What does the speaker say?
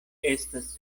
estas